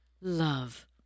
love